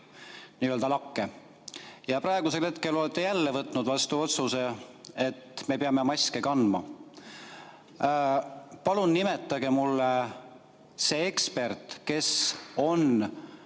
nii-öelda lakke. Ja praegusel hetkel olete jälle võtnud vastu otsuse, et me peame maske kandma. Palun nimetage mulle see ekspert, kes on